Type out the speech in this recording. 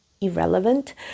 irrelevant